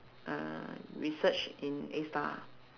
uh research in A-star